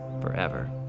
forever